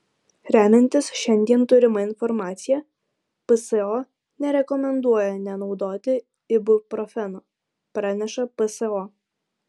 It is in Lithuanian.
remiantis šiandien turima informacija pso nerekomenduoja nenaudoti ibuprofeno pranešė pso